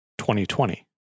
2020